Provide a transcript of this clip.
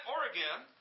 Oregon